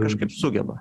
kažkaip sugeba